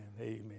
Amen